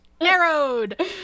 narrowed